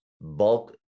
bulk